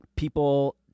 people